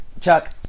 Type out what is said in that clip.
Chuck